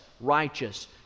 righteous